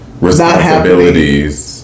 responsibilities